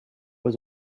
was